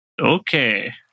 Okay